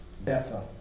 better